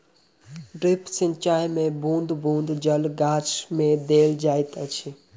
drip सिचाई मे बूँद बूँद जल गाछ मे देल जाइत अछि